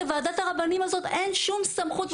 לוועדת הרבנים הזאת אין שום סמכות,